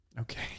Okay